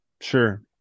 sure